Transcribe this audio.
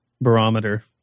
barometer